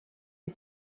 est